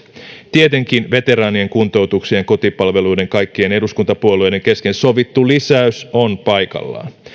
tietenkin veteraanien kuntoutukseen ja kotipalveluihin kaikkien eduskuntapuolueiden kesken sovittu lisäys on paikallaan